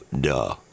duh